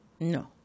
no